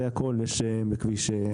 אגיד באיזה כבישים: